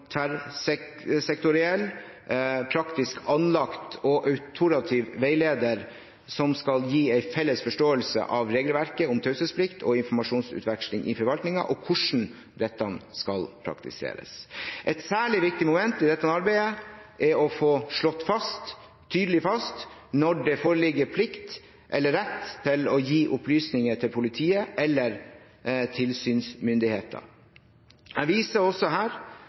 praktisk anlagt og autorativ veileder som skal gi en felles forståelse av regelverket om taushetsplikt og informasjonsutveksling i forvaltningen og hvordan dette skal praktiseres. Et særlig viktig moment i dette arbeidet er å få slått tydelig fast når det foreligger plikt eller rett til å gi opplysninger til politiet eller tilsynsmyndigheter. Jeg viser også her